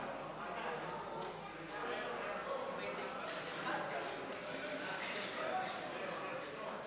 אדוני היושב בראש הישיבה,